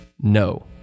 no